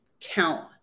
count